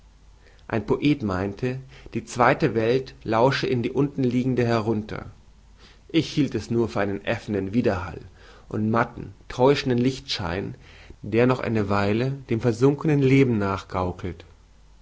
ein poet meinte die zweite welt lausche in die untenliegende herunter ich hielt es nur für äffenden wiederhall und matten täuschenden lichtschein der noch eine weile dem versunkenen leben